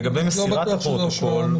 לא בטוח שזו ההשוואה.